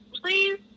please